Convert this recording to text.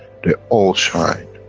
they all shine,